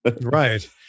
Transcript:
Right